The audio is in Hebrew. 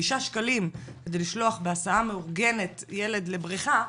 שקלים כדי לשלוח בהסעה המאורגנת ילד לבריכה,